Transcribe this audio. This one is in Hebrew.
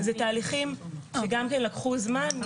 אלה תהליכים שלקחו זמן.